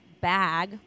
bag